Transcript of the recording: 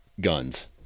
guns